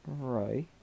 Right